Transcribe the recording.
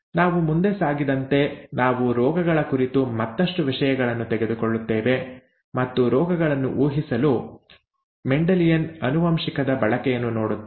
ನಾವು ಮುಂದೆ ಸಾಗಿದಂತೆ ನಾವು ರೋಗಗಳ ಕುರಿತು ಮತ್ತಷ್ಟು ವಿಷಯಗಳನ್ನು ತೆಗೆದುಕೊಳ್ಳುತ್ತೇವೆ ಮತ್ತು ರೋಗಗಳನ್ನು ಊಹಿಸಲು ಮೆಂಡೆಲಿಯನ್ ಆನುವಂಶಿಕದ ಬಳಕೆಯನ್ನು ನೋಡುತ್ತೇವೆ